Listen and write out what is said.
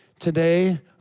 Today